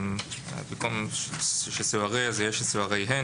במקום "שסוהריה", יהיה "שסוהריהן".